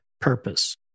purpose